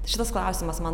šitas klausimas man